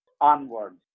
onward